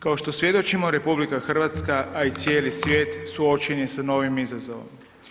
Kao što svjedočimo RH, a i cijeli svijet suočen je sa novim izazovom.